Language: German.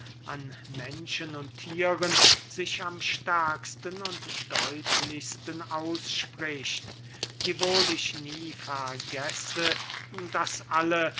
an menschen und thieren sich am stärksten und deutlichsten ausspricht wiewohl ich nie vergesse daß alle